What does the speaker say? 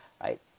right